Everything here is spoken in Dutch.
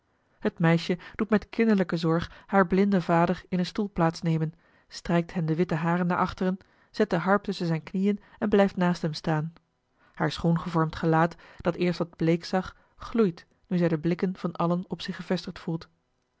het meisje doet met kinderlijke zorg haren blinden vader in een stoel plaats nemen strijkt hem de witte haren naar achteren zet de harp tusschen zijne knieën en blijft naast hem staan haar schoon gevormd gelaat dat eerst wat bleek zag gloeit nu zij de blikken van allen op zich gevestigd voelt